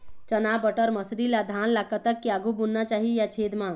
चना बटर मसरी ला धान ला कतक के आघु बुनना चाही या छेद मां?